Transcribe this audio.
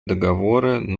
договоры